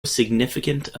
significant